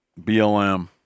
BLM